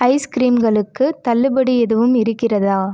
ice கிரீம்களுக்கு தள்ளுபடி எதுவும் இருக்கிறதா